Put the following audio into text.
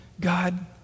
God